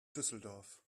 düsseldorf